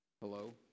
hello